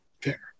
fair